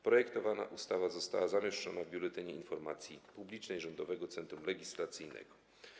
Projektowana ustawa została zamieszczona w Biuletynie Informacji Publicznej Rządowego Centrum Legislacji.